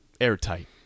airtight